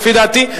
לפי דעתי,